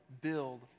build